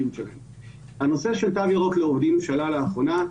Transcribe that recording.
הנושא של תו ירוק לעובדים שעלה לאחרונה,